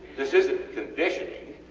this isnt conditioning,